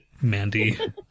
Mandy